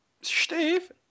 Steve